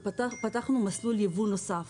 פתחנו מסלול ייבוא נוסף.